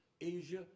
Asia